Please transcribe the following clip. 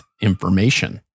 information